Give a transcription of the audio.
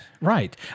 right